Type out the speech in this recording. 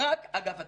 רק אגף התקציבים.